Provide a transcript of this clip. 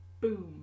boom